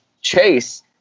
Chase